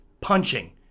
punching